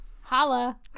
holla